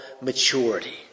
maturity